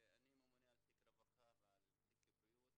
אני ממונה על תיק הרווחה ועל תיק הבריאות